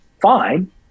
fine